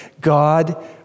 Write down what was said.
God